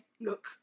look